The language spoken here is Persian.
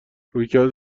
رویکرد